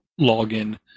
login